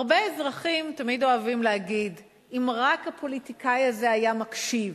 הרבה אזרחים אוהבים תמיד להגיד: אם רק הפוליטיקאי הזה היה מקשיב,